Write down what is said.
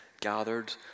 gathered